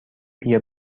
بیا